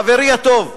חברי הטוב,